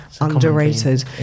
underrated